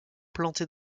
plantée